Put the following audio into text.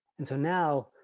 and so now,